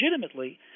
legitimately